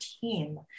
team